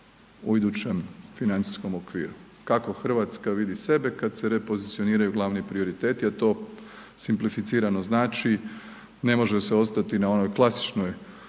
u idućem financijskom okviru, kako Hrvatska vidi sebe kada se repozicioniraju glavni prioriteti, a to simplificirano znači ne može se ostati na onoj klasičnoj